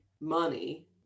money